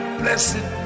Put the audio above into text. blessed